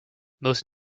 most